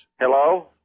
Hello